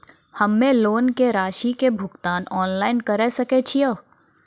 हम्मे लोन के रासि के भुगतान ऑनलाइन करे सकय छियै?